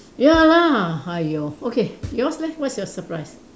ya lah !haiyo! okay yours leh what's your surprise